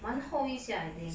蛮厚一下 I think